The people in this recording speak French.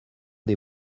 des